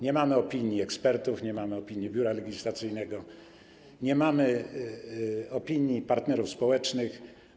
Nie mamy opinii ekspertów, nie mamy opinii Biura Legislacyjnego, nie mamy opinii partnerów społecznych.